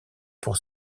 pour